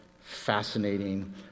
Fascinating